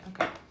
Okay